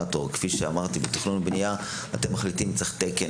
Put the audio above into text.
בתכנון ובנייה אתם מחליטים אם צריך תקן